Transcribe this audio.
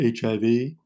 HIV